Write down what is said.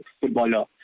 footballer